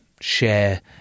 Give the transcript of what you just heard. share